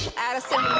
addison.